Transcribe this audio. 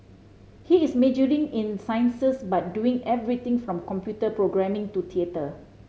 he is majoring in sciences but doing everything from computer programming to theatre